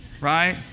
right